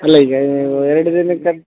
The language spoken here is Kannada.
ಅಲ್ಲ ಈಗ ಎರಡು ದಿನಕ್ಕೆ